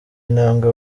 intabwe